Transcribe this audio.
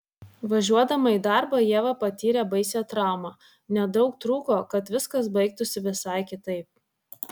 važiuodama į darbą ieva patyrė baisią traumą nedaug trūko kad viskas baigtųsi visai kitaip